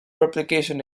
replication